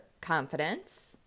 confidence